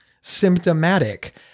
symptomatic